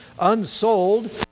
unsold